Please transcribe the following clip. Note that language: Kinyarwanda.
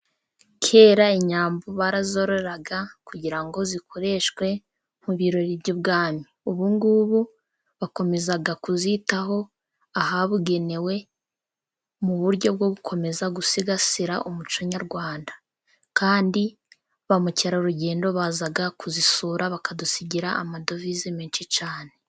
Kera inyambo barazororaga kugira ngo zikoreshwe mu birori by'ibwami ubungubu bakomezaga kuzitaho ahabugenewe mu buryo bwo gukomeza gusigasira umuco nyarwanda kandi bamukerarugendo baza kuzisura bakadusigira amadovize menshi cyane.